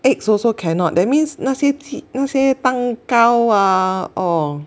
eggs also cannot that means 那些那些蛋糕啊哦